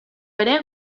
ere